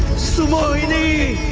sammohini.